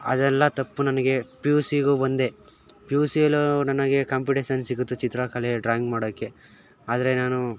ಅದೆಲ್ಲ ತಪ್ಪು ನನಗೆ ಪಿ ಯು ಸಿಗೂ ಬಂದೆ ಪಿ ಯು ಸಿಯಲ್ಲೂ ನನಗೆ ಕಾಂಪಿಟೇಸನ್ ಸಿಗುತ್ತು ಚಿತ್ರಕಲೆ ಡ್ರಾಯಿಂಗ್ ಮಾಡೋಕೆ ಆದರೆ ನಾನು